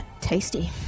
Tasty